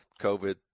COVID